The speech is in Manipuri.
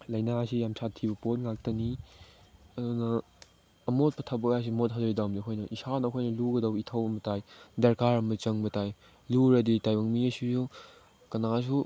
ꯂꯥꯏꯅꯥꯁꯤ ꯌꯥꯝ ꯁꯥꯠꯊꯤꯕ ꯄꯣꯠ ꯉꯥꯛꯇꯅꯤ ꯑꯗꯨꯅ ꯑꯃꯣꯠꯄ ꯊꯕꯛ ꯍꯥꯏꯁꯤ ꯃꯣꯠꯍꯜꯂꯣꯏꯗꯕꯅꯤ ꯑꯩꯈꯣꯏꯅ ꯏꯁꯥꯅ ꯑꯩꯈꯣꯏꯅ ꯂꯨꯒꯗꯕ ꯏꯊꯧ ꯑꯃ ꯇꯥꯏ ꯗꯔꯀꯥꯔ ꯑꯃ ꯆꯪꯕ ꯇꯥꯏ ꯂꯨꯔꯗꯤ ꯇꯥꯏꯕꯪ ꯃꯤꯁꯨ ꯀꯅꯥꯁꯨ